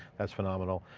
that's phenomenal.